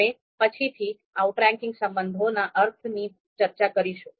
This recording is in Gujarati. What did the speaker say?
આપણે પછીથી આઉટરેન્કિંગ સંબંધોના અર્થની ચર્ચા કરીશું